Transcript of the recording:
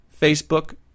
Facebook